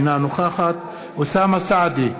אינה נוכחת אוסאמה סעדי,